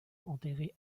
enterré